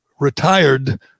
retired